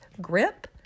grip